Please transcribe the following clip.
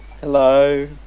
Hello